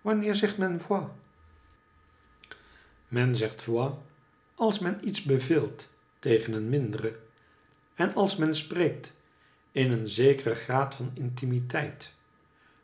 wanneer zegt men vol men zegt voi als men iets beveelt tegen een mindere en als men spreekt in een zekeren graad van intimiteit